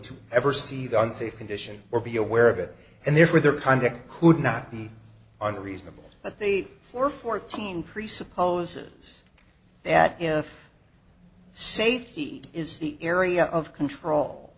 to ever see the unsafe condition or be aware of it and therefore their conduct could not be unreasonable but they for fourteen presupposes that if safety is the area of control